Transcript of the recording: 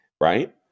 right